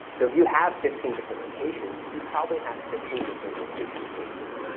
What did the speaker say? so if you have fifteen different locations, you probably have fifteen different location pages.